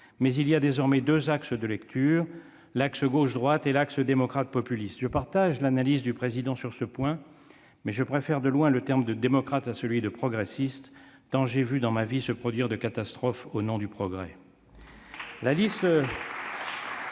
Mais il y adésormais deux axes de lecture : l'axe gauchedroite et l'axe démocrates-populistes. Jepartage l'analyse du Président de la République sur ce point, mais je préfère de loin le terme de démocratesà celui de progressistes, tant j'ai vu dans ma vie de catastrophes provoquées au nom du progrès.